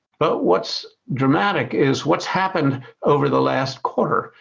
but what's dramatic is what's happened over the last quarter.